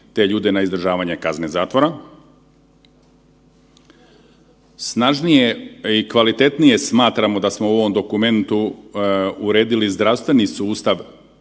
te ljude na izdržavanje kazne zatvora. Snažnije i kvalitetnije smatramo da smo u ovom dokumentu uredili zdravstveni sustav